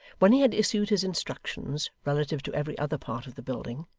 when he had issued his instructions relative to every other part of the building,